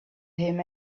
him